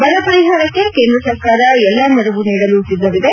ಬರ ಪರಿಹಾರಕ್ಕೆ ಕೇಂದ್ರ ಸರ್ಕಾರ ಎಲ್ಲಾ ನೆರವು ನೀಡಲು ಸಿದ್ಧವಿದೆ